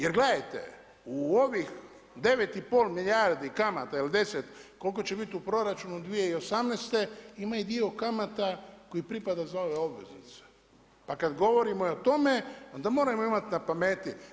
Jer gledajte u ovih 9 i pol milijardi kamata ili 10 koliko će biti u proračunu 2018. ima i dio kamata koji pripada za ove obveznice, pa kad govorimo o tome onda moramo imati na pameti.